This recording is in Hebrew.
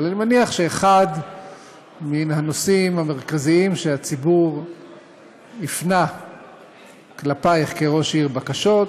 שאחד מן הנושאים המרכזיים שבהם הציבור הפנה כלפייך כראש עיר בקשות,